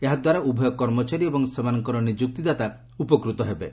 ଏହାଦ୍ୱାରା ଉଭୟ କର୍ମଚାରୀ ଏବଂ ସେମାନଙ୍କର ନିଯୁକ୍ତି ଦାତା ଉପକୃତ ହେବେ